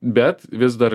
bet vis dar